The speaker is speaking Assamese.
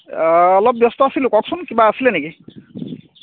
অলপ ব্যস্ত আছিলোঁ কওকচোন কিবা আছিলে নেকি